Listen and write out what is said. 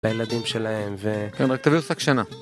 לילדים שלהם, ו... כן, רק תביאו שק שינה.